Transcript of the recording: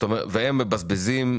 והם מבזבזים